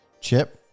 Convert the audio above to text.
chip